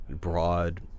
broad